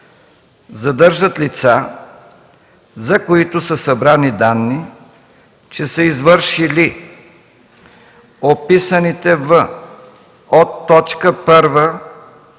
„Задържат лица, за които са събрани данни, че са извършили описаните в от т. 1